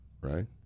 right